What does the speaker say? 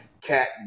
cat